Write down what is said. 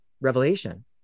Revelation